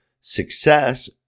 Success